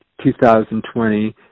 2020